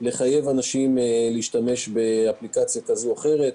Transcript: לחייב אנשים להשתמש באפליקציה כזאת או אחרת.